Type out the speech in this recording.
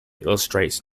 illustrates